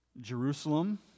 Jerusalem